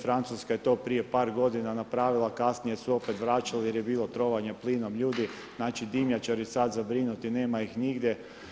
Francuska je to prije par godina napravila, kasnije su opet vraćali jer je bilo trovanja plinom ljudi, znači dimnjačari sada zabrinuti nema ih nigdje.